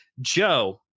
Joe